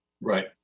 Right